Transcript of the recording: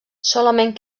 solament